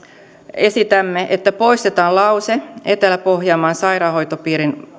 esitämme että poistetaan lause etelä pohjanmaan sairaanhoitopiirin